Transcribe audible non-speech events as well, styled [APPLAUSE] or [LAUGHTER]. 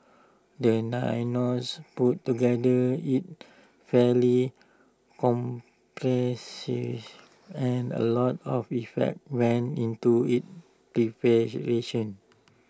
the [UNINTELLIGIBLE] put together is fairly comprehensive and A lot of effect went into its preparation